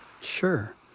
Sure